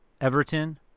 Everton